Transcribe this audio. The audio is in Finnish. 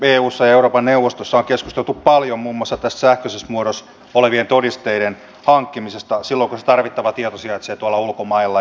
eussa ja euroopan neuvostossa on keskusteltu paljon muun muassa tästä sähköisessä muodossa olevien todisteiden hankkimisesta silloin kun se tarvittava tieto sijaitsee tuolla ulkomailla